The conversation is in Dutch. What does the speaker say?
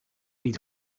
niet